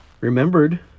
remembered